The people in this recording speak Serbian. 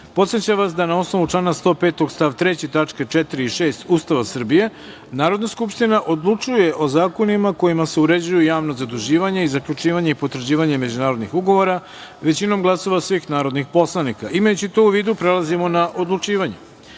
podsećam vas da, na osnovu člana 105. stav 3. tačke 4. i 6. Ustava Srbije, Narodna skupština odlučuje o zakonima kojima se uređuju javna zaduživanja i zaključivanje i potvrđivanje međunarodnih ugovora većinom glasova svih narodnih poslanika. Imajući to u vidu, prelazimo na odlučivanje. Šesta